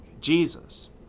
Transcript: Jesus